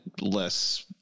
less